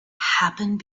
happened